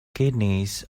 kidneys